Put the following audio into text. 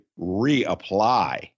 reapply